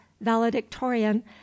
valedictorian